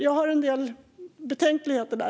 Jag har en del betänkligheter.